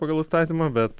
pagal įstatymą bet